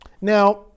Now